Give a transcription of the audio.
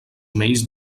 omells